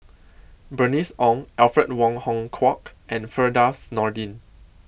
Bernice Ong Alfred Wong Hong Kwok and Firdaus Nordin